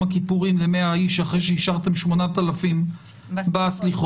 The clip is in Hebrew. הכיפורים ל-100 איש אחרי שאישרתם 8,000 בסליחות.